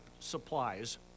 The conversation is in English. supplies